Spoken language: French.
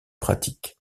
pratique